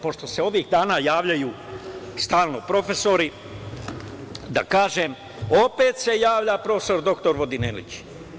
Pošto se ovih dana javljaju stalno profesori, da kažem, opet se javlja prof. dr Vodinelić.